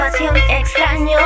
Extraño